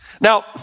Now